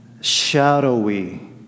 shadowy